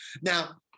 Now